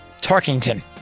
Tarkington